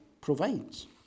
provides